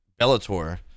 Bellator